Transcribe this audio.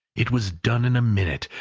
it was done in a minute.